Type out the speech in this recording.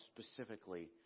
specifically